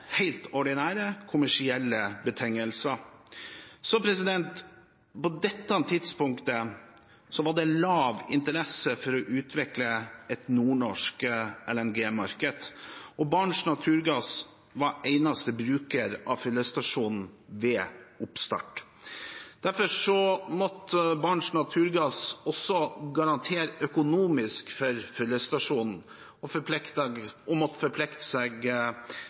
ordinære, kommersielle betingelser. På dette tidspunktet var det liten interesse for å utvikle et nordnorsk LNG-marked. Barents Naturgass var eneste bruker av fyllestasjonen ved oppstart. Derfor måtte Barents Naturgass også garantere økonomisk for fyllestasjonen og forplikte